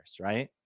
right